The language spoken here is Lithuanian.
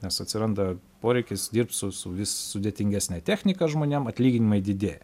nes atsiranda poreikis dirbt su su vis sudėtingesne technika žmonėm atlyginimai didėja